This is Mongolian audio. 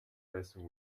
байсан